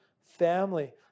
family